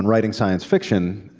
writing science fiction,